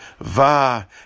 va